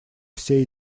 все